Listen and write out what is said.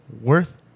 worth